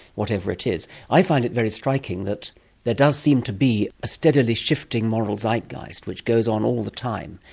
whatever it is. i find it very striking that there does seem to be a steadily shifting moral zeitgeist which goes on all the time.